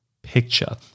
picture